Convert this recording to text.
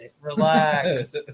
Relax